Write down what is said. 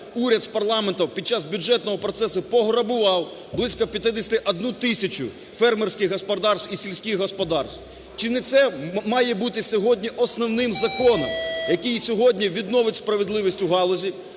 уряд з парламентом під час бюджетного процесу пограбував близько 51 одну тисячу фермерських господарств і сільських господарств. Чи не це має бути сьогодні основним законом, який сьогодні відновить справедливість у галузі,